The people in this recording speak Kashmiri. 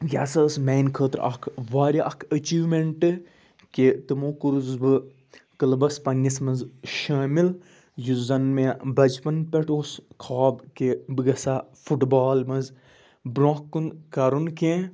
یِہ ہسَا ٲس میٛانہِ خٲطرٕ اَکھ واریاہ اَکھ اٮ۪چِیٖومَینٛٹ کہ تِمو کوٚرُس بہٕ کٕلبَس پَنٛنِس منٛز شٲمِل یُس زَن مےٚ بَچپَن پٮ۪ٹھ اوس خاب کہ بہٕ گژھٕ ہا فُٹ بال منٛز برونٛہہ کُن کَرُن کینٛہہ